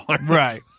Right